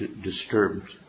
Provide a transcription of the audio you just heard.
disturbed